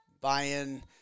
buying